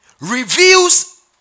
reveals